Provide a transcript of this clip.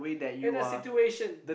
in that situation